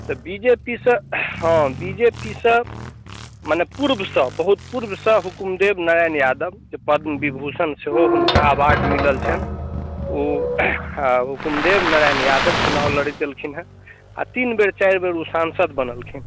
तऽ B J P से हँ तऽ बी जे पी से मने पूर्वसँ बहुत पूर्वसँ हुकुमदेव नारायण यादव जे पद्म विभूषण सेहो हुनका अवार्ड मिलल छन्हि ओ हँ हुकुम देव नारायण यादव चुनाव लड़ैत एलखिन हेँ आओर तीन बेर चारि बेर ओ सांसद बनलखिन